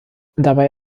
dabei